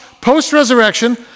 post-resurrection